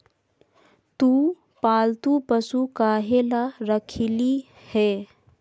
तु पालतू पशु काहे ला रखिली हें